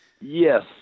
Yes